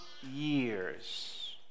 years